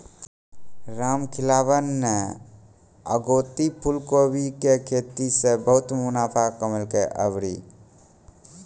रामखेलावन न अगेती फूलकोबी के खेती सॅ बहुत मुनाफा कमैलकै आभरी